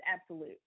absolute